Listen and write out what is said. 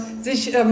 sich